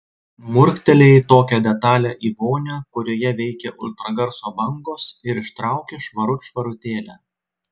murktelėjai tokią detalią į vonią kurioje veikia ultragarso bangos ir ištrauki švarut švarutėlę